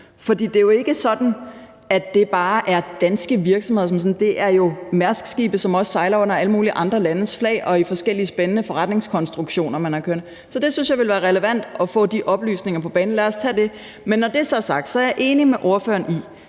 det er ikke bare sådan, at det er danske virksomheder, men det er jo også Mærskskibe, som sejler under alle mulige andre landes flag og i forskellige spændende forretningskonstruktioner, man har kørende. Så jeg synes, det ville være relevant at få de oplysninger på banen, og lad os tage det. Men når det så er sagt, er jeg enig med ordføreren i,